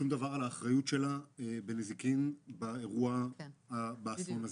שום דבר על האחריות שלה בנזיקין באסון הזה.